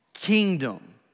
Kingdom